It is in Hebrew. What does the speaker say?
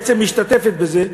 בעצם משתתפת בזה,